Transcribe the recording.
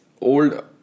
old